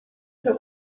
seu